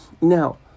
Now